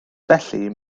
felly